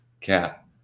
cat